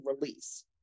release